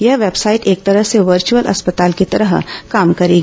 यह वेबसाइट एक तरह से वर्चअल अस्पताल की तरह काम करेगी